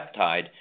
peptide